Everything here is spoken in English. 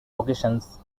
locations